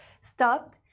stopped